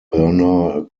bernard